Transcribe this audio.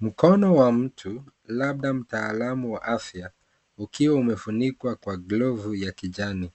Mkono wa mtu labda mtaalamu wa afya ukiwa umefunikwa kwa glovu ya kijani.